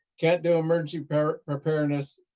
can't do emergency preparedness,